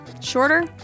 shorter